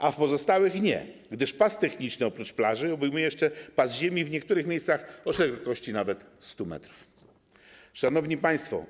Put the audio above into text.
A w pozostałych nie, gdyż pas techniczny oprócz plaży obejmuje jeszcze pas ziemi w niektórych miejscach o szerokości nawet 100 m. Szanowni Państwo!